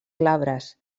glabres